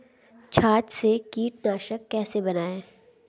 छाछ से कीटनाशक कैसे बनाएँ?